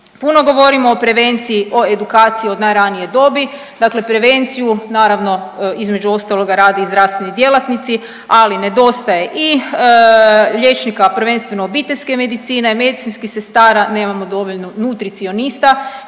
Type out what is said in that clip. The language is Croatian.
Puno govorimo o prevenciji o edukaciji od najranije dobi, dakle prevenciju naravno između ostaloga rade i zdravstvene djelatnici, ali nedostaje i liječnika prvenstveno obiteljske medicine, medicinskih sestara, nemamo dovoljno nutricionista